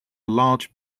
large